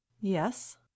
Yes